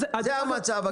זה המצב הקיים.